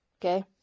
Okay